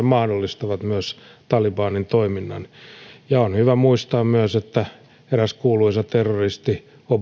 mahdollistavat myös talibanin toiminnan on hyvä muistaa myös että eräs kuuluisa terroristi